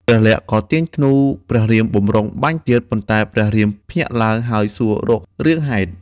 ព្រះលក្សណ៍ ក៏ទាញធ្នូព្រះរាមបម្រុងបាញ់ទៀត ប៉ុន្តែព្រះរាមភ្ញាក់ឡើង ហើយសួររករឿងហេតុ។